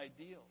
ideal